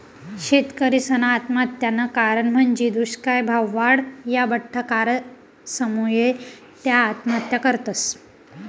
शेतकरीसना आत्महत्यानं कारण म्हंजी दुष्काय, भाववाढ, या बठ्ठा कारणसमुये त्या आत्महत्या करतस